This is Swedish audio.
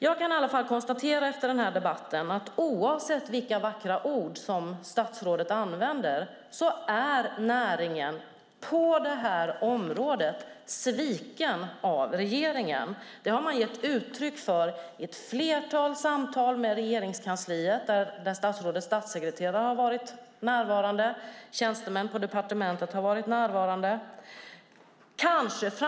Jag kan i alla fall efter denna debatt konstatera att oavsett vilka vackra ord som statsrådet använder är näringen på detta område sviken av regeringen. Det har man gett uttryck för i ett flertal samtal med Regeringskansliet där statsrådets statssekreterare och tjänstemän på departementet har varit närvarande.